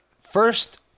first